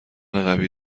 قوی